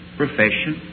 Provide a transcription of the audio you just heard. profession